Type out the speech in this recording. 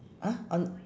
!huh! on